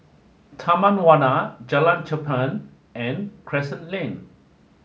Taman Warna Jalan Cherpen and Crescent Lane